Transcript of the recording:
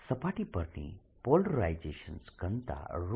સપાટી પરની પોલરાઇઝેશન ઘનતા ρr